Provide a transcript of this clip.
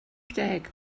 deg